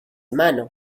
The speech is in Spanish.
mano